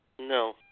No